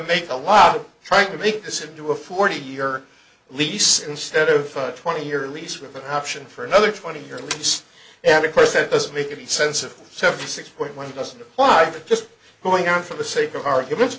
make a lot of trying to make this into a forty year lease instead of a twenty year lease with an option for another twenty years and of course that doesn't make any sense of seventy six when it doesn't apply just going on for the sake of argument